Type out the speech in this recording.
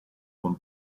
con